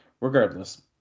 Regardless